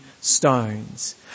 stones